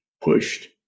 pushed